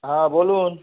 হ্যাঁ বলুন